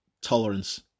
tolerance